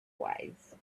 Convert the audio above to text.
wise